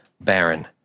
Baron